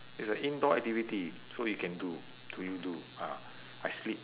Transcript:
it's a indoor activity so you can do to you do ah I sleep